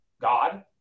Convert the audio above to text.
God